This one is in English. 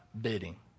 bidding